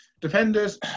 Defenders